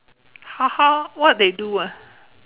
how how what they do ah